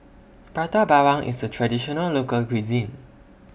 Prata Bawang IS A Traditional Local Cuisine